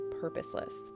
purposeless